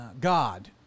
God